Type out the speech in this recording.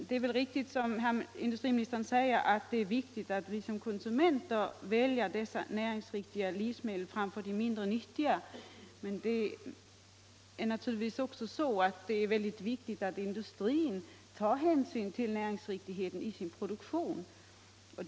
Det är väl riktigt, som industriministern säger, att det är väsentligt att vi som konsumenter väljer näringsriktiga livsmedel framför de mindre nyttiga, men det är naturligtvis också betydelsefullt att industrin tar hänsyn till näringsriktigheten i sin produktion.